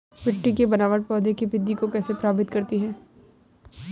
मिट्टी की बनावट पौधों की वृद्धि को कैसे प्रभावित करती है?